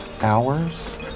Hours